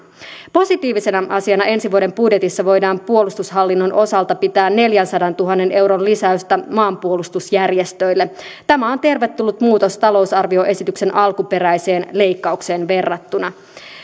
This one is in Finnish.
positiivisena asiana ensi vuoden budjetissa voidaan puolustushallinnon osalta pitää neljänsadantuhannen euron lisäystä maanpuolustusjärjestöille tämä on tervetullut muutos talousarvioesityksen alkuperäiseen leikkaukseen verrattuna